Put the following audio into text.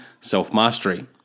self-mastery